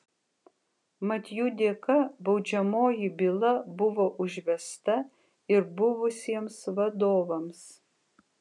mat jų dėka baudžiamoji byla buvo užvesta ir buvusiems vadovams